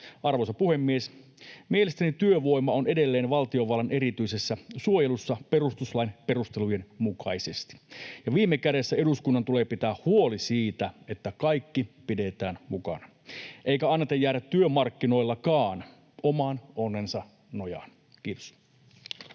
Arvoisa puhemies! Mielestäni työvoima on edelleen valtiovallan erityisessä suojelussa perustuslain perustelujen mukaisesti, ja viime kädessä eduskunnan tulee pitää huoli siitä, että kaikki pidetään mukana eikä ihmisten anneta jäädä työmarkkinoillakaan oman onnensa nojaan. — Kiitos.